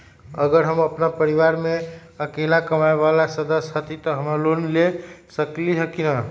अगर हम अपन परिवार में अकेला कमाये वाला सदस्य हती त हम लोन ले सकेली की न?